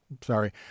Sorry